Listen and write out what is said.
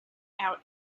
out